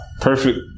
perfect